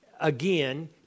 Again